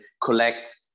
collect